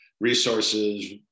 resources